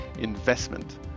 investment